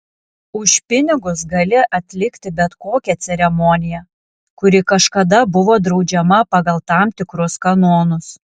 už pinigus gali atlikti bet kokią ceremoniją kuri kažkada buvo draudžiama pagal tam tikrus kanonus